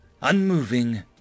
unmoving